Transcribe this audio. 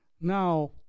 now